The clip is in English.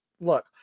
look